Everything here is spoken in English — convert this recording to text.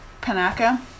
Panaka